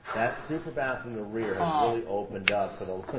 that superbath in the rear has really opened up for the,